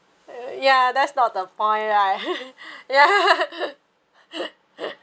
ya that's not the point right